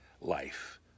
life